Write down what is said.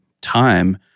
time